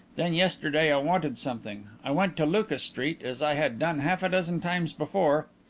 then, yesterday, i wanted something. i went to lucas street, as i had done half-a-dozen times before,